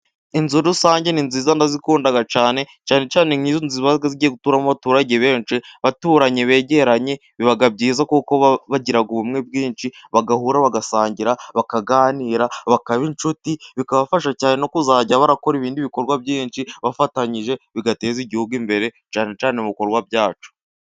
Inzu rusange ni nziza ndazikunda cyane, cyane cyane nk'izi nzu ziba zigiye guturamo abaturage benshi, baturanye begeranye, biba byiza kuko bagira ubumenyi bwinshi, bagahura bagasangira, bakaganira bakaba inshuti. Bikabafasha cyane no kuzajya barakora ibindi bikorwa byinshi bafatanyije, bigateza igihugu imbere cyane cyane mu bikorwa byacyo.